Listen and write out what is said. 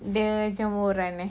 the jemuran eh